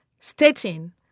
stating